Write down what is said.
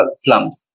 slums